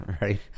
Right